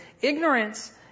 ignorance